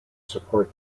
support